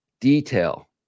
detail